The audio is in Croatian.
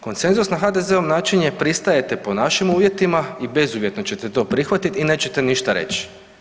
Konsenzus na HDZ-ov način je pristajete po našim uvjetima i bezuvjetno ćete to prihvatiti i nećete ništa reći.